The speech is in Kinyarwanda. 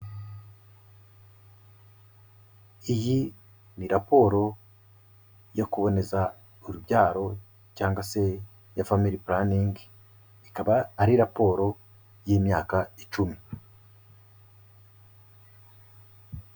Iyi ni raporo yo kuboneza urubyaro, cyangwa se ya family planning, ikaba ari raporo y'imyaka icumi.